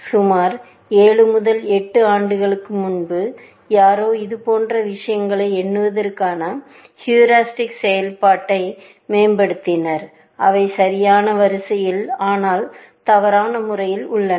சுமார் 7 முதல் 8 ஆண்டுகளுக்கு முன்பு யாரோ இதுபோன்ற விஷயங்களை எண்ணுவதற்கான ஹீரிஸ்டிக் செயல்பாட்டை மேம்படுத்தினர் அவை சரியான வரிசையில் ஆனால் தவறான முறையில் உள்ளன